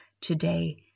today